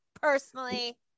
personally